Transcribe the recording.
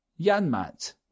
Yanmat